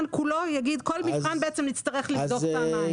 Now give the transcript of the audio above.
יגיש ערעור כך שכל מבחן נצטרך לבדוק פעמיים.